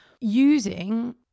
using